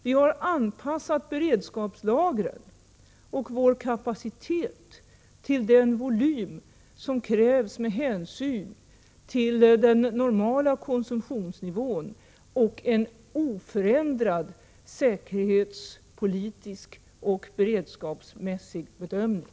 Vi har anpassat beredskapslagren och vår kapacitet till den volym som krävs med hänsyn till den normala konsumtionsnivån och på grundval av en oförändrad säkerhetspolitisk och beredskapsmässig bedömning.